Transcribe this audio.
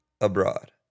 Abroad